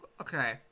Okay